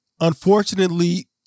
unfortunately